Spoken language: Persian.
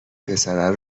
پسره